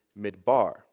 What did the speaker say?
midbar